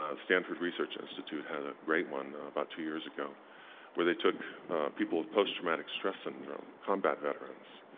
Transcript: ah stanford research institute had a great one about two years ago where they took people with post-traumatic stress syndrome, combat veterans,